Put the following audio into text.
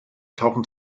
tauchen